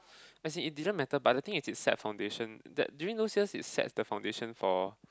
as in it didn't matter but the thing is it set foundation that during those years it sets the foundation for